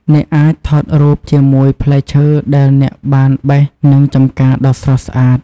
អ្នកអាចថតរូបជាមួយផ្លែឈើដែលអ្នកបានបេះនិងចម្ការដ៏ស្រស់ស្អាត។